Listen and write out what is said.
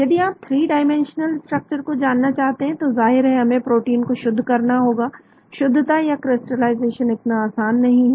यदि आप three dimensional structure को जानना चाहते हैं तो जाहिर है हमें प्रोटीन को शुद्ध करना होगा शुद्धता या क्रिस्टलाइजेशन इतना आसान नहीं है